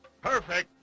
Perfect